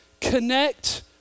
Connect